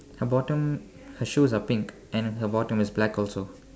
her bottom her shoes are pink and her bottom is black also